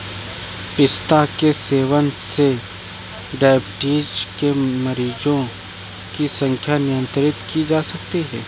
पिस्ता के सेवन से डाइबिटीज के मरीजों की संख्या नियंत्रित की जा रही है